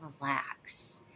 relax